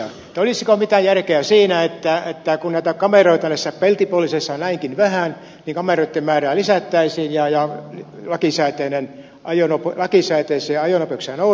kysymys kuuluu olisiko mitään järkeä siinä että kun näitä kameroita näissä peltipoliiseissa on näinkin vähän niin kameroitten määrää lisättäisiin ja lakisääteisiä ajonopeuksia noudatetaan